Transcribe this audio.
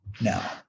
now